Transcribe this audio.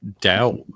doubt